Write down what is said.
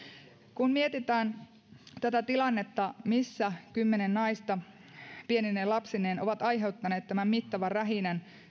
kun mietitään tätä tilannetta missä kymmenen naista pienine lapsineen ovat aiheuttaneet tämän mittavan rähinän